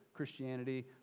Christianity